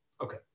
Okay